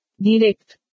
Direct